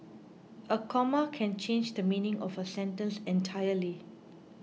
a comma can change the meaning of a sentence entirely